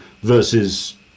versus